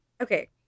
Okay